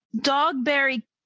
Dogberry